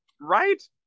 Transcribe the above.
right